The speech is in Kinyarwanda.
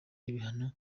ibihano